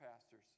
pastors